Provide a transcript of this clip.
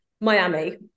Miami